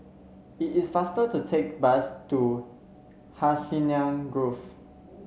it is faster to take bus to Hacienda Grove